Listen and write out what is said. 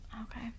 Okay